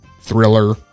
Thriller